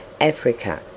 Africa